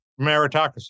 meritocracy